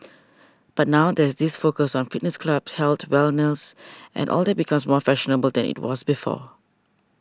but now there's this focus on fitness clubs health wellness all that becomes more fashionable than it was before